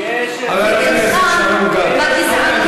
נלחם בגזענות,